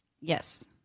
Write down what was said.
Yes